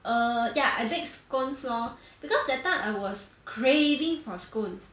err yeah I baked scones lor because that time I was craving for scones